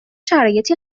شرایطی